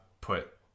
put